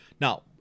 Now